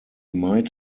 might